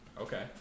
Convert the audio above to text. Okay